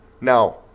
Now